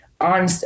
on